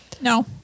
no